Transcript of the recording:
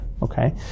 okay